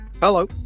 Hello